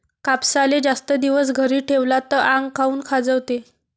कापसाले जास्त दिवस घरी ठेवला त आंग काऊन खाजवते?